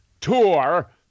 tour